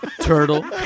Turtle